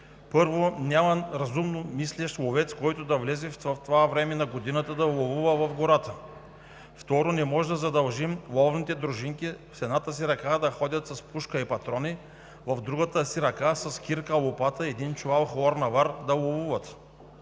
Първо, няма разумно мислещ ловец, който да влезе в това време на годината да ловува в гората. Второ, не можем да задължим ловните дружинки с едната си ръка да ходят с пушка и патрони, в другата си ръка с кирка, лопата и един чувал хлорна вар да ловуват.